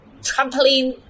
trampoline